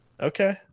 Okay